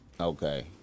Okay